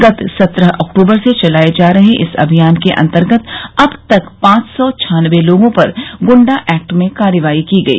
गत सत्रह अक्टूबर से चलाये जा रहे इस अभियान के अन्तर्गत अब तक पांच सौ छान्नबे लोगों पर गुंडा एक्ट में कार्रवाई की गई